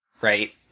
right